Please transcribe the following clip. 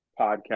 podcast